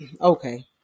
okay